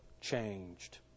changed